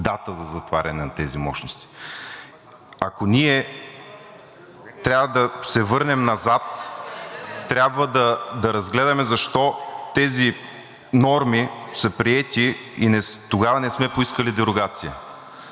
дата за затваряне на тези мощности. Ако ние трябва да се върнем назад, трябва да разгледаме защо тези норми са приети и тогава не сме поискали дерогация.